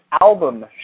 Album